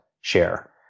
share